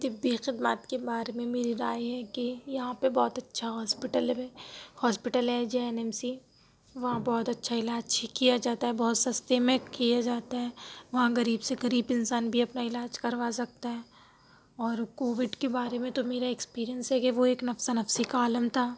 طبی خدمات کے بارے میں میری رائے یہ ہے کہ یہاں پہ بہت اچھا ہاسپیٹل ہے ہاسپیٹل ہے جے این ایم سی وہاں بہت اچھا علاج کیا جاتا ہے بہت سَستے میں کیا جاتا ہے وہاں غریب سے غریب انسان بھی اپنا علاج کروا سکتا ہے اور کووڈ کے بارے میں تو میرا اکسپیرئنس ہے کہ وہ ایک نفسا نفسی کا عالم تھا